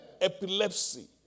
epilepsy